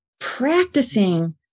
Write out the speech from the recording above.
practicing